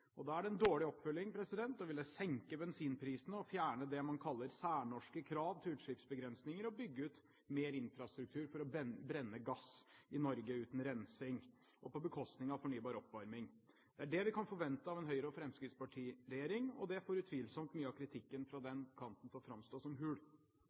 ned. Da er det en dårlig oppfølging å ville senke bensinprisene og fjerne det man kaller særnorske krav til utslippsbegrensninger og bygge ut mer infrastruktur for å brenne gass i Norge uten rensing og på bekostning av fornybar oppvarming. Det er det vi kan forvente av en Høyre–Fremskrittsparti-regjering, og det får utvilsomt mye av kritikken fra